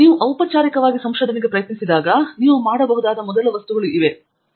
ಆದ್ದರಿಂದ ನೀವು ಔಪಚಾರಿಕವಾಗಿ ಸಂಶೋಧನೆಗೆ ಪ್ರಯತ್ನಿಸಿದಾಗ ನೀವು ಮಾಡಬಹುದಾದ ಮೊದಲ ವಸ್ತುಗಳು ಇವೇ